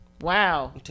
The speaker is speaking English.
Wow